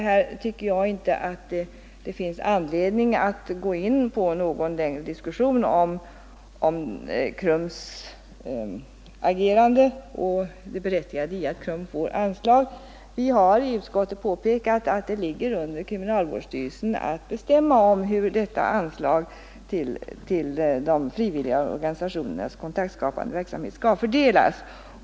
Jag tycker inte det i dag finns anledning till en längre diskussion om KRUM:s agerande och det berättigande i att KRUM får anslag. Vi har i utskottet påpekat att det är kriminalvårdsstyrelsen som skall bestämma om hur anslaget till de frivilliga organisationernas kontaktskapande verksamhet skall fördelas.